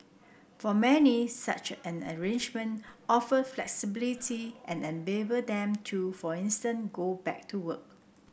for many such an arrangement offer flexibility and enable them to for instance go back to work